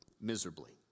miserably